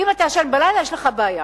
ואם אתה ישן בלילה יש לך בעיה.